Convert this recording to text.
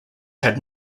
had